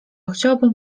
chciałbym